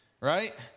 right